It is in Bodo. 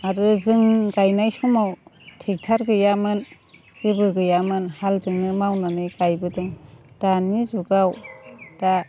आरो जों गायनाय समाव ट्रेक्टर गैयामोन जेबो गैयामोन हालजोंनो मावनानै गायबोदों दानि जुगाव दा